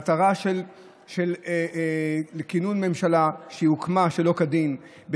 מטרה לכינון ממשלה שהוקמה שלא כדין,